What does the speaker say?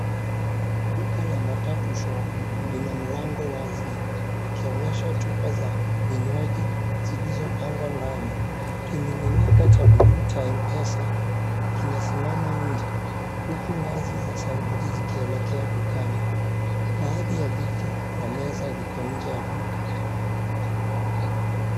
Duka la Matatu Shop lina mlango wazi likionyesha chupa za vinywaji zilizopangwa ndani . Kimiminika cha blue cha Mpesa kimesimama nje huku ngazi za saruji zikielekea dukani. Baadhi ya viti na meza viko nje ya duka.